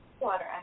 Water